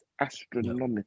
astronomical